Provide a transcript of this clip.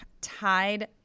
tied